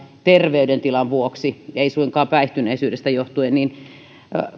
terveydentilan vuoksi ei suinkaan päihtyneisyydestä johtuen niin